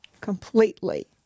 completely